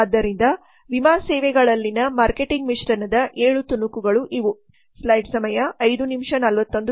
ಆದ್ದರಿಂದ ವಿಮಾ ಸೇವೆಗಳಲ್ಲಿನ ಮಾರ್ಕೆಟಿಂಗ್ ಮಿಶ್ರಣದ 7 ತುಣುಕುಗಳು ಇವು